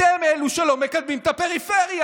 אתם אלו שלא מקדמים את הפריפריה.